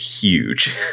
huge